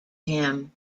him